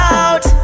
out